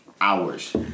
Hours